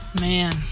Man